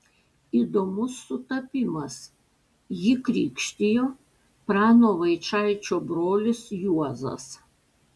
įdomus sutapimas jį krikštijo prano vaičaičio brolis juozas